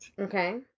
Okay